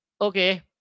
okay